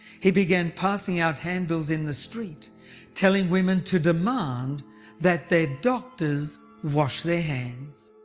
he began passing out hand bills in the street telling women to demand that their doctors wash their hands.